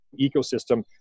ecosystem